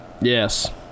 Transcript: Yes